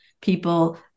people